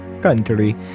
Country